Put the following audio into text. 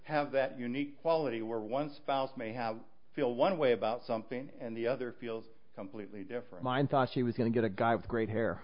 have that unique quality were once found may have feel one way about something and the other feels completely different mine thought she was going to get a guy with gr